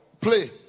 Play